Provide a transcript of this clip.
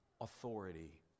authority